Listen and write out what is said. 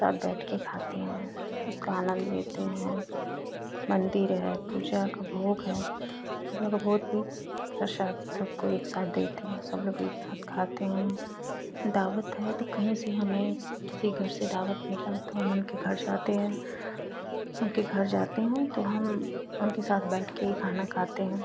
साथ बैठकर खाते हैं उसका आनन्द लेते हैं मन्दिर है पूजा का भोग है पूजा का भोग भी प्रसाद सबको एकसाथ देती हूँ सबलोग एकसाथ खाते हैं दावत है तो कहीं से हमें किसी के घर से दावत मिली तो हम उनके घर जाते हैं उनके घर जाते हैं तो हम उनके साथ बैठकर ही खाना खाते हैं